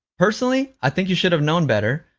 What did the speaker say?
personally, i think you should've known better.